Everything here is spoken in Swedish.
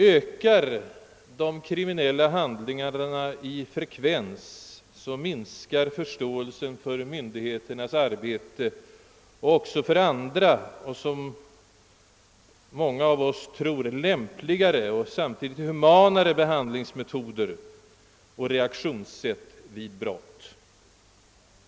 Ökar alltså de kriminella handlingarna i frekvens, minskar också förståelsen för att myndigheterna brukar andra, så som många av oss tror, lämpligare och samtidigt humanare behandlingsmetoder och reaktionssätt vid brott.